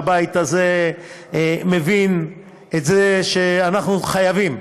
אני בטוח שהבית הזה מבין את זה שאנחנו חייבים,